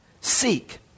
seek